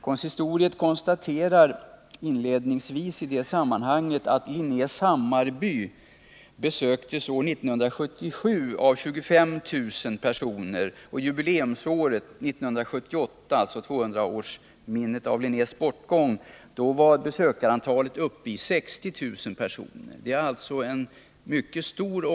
Konsistoriet konstaterar inledningsvis att Linnés Hammarby år 1977 besöktes av 25 000 personer och jubileumsåret 1978, alltså vid 200-årsminnet av Linnés bortgång, av 60000 personer. Antalet besök vid Linnés Hammarby är alltså mycket stort.